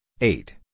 eight